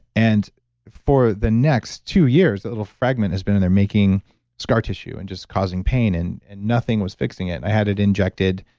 and for the next two years, the little fragment has been in there making scar tissue and just causing pain and and nothing was fixing it i had it injected,